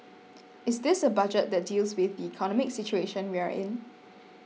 is this a budget that deals with the economic situation we are in